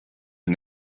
and